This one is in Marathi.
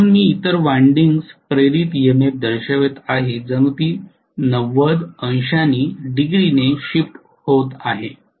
म्हणून मी इतर वायंडिंग्स इंड्यूज्ड ईएमएफ दर्शवित आहे जणू ती 90 डिग्री शिफ्ट होत आहे